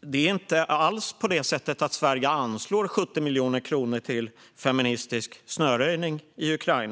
Det är inte alls på det sättet att Sverige anslår 70 miljoner kronor till feministisk snöröjning i Ukraina.